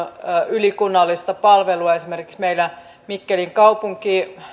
ylikunnallista palvelua esimerkiksi meillä mikkelin kaupungin